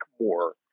More